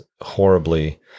horribly